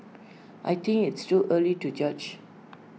I think it's too early to judge